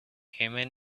human